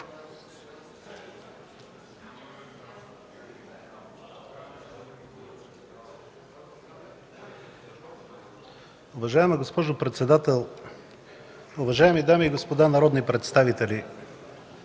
Уважаеми господин председател, уважаеми дами и господа народни представители!